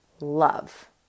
love